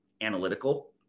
analytical